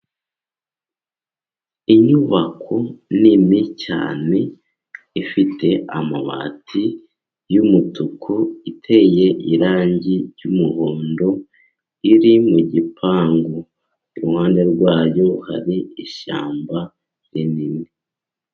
Inyubako nini cyane ifite amabati y'umutuku . Iteye irangi ry'umuhondo. Iri mu gipangu . Iruhande rwayo hari ishyamba rinini.